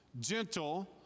gentle